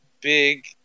big